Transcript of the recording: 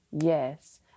yes